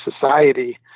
society